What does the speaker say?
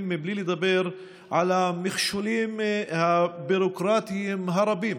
בלי לדבר על המכשולים הביורוקרטיים הרבים